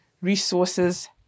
resources